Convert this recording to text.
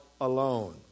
alone